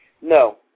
No